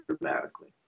dramatically